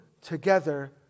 together